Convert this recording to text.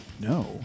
No